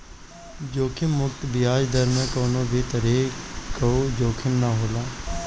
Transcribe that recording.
जोखिम मुक्त बियाज दर में कवनो भी तरही कअ जोखिम ना होला